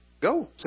Go